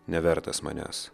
nevertas manęs